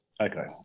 Okay